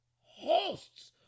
hosts